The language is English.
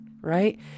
right